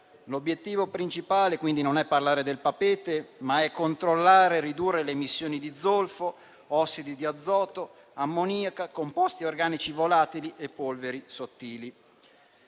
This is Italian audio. L'obiettivo principale, quindi, non è parlare del Papeete, ma è controllare e ridurre le emissioni di zolfo, ossidi di azoto, ammoniaca, composti organici volatili e polveri sottili.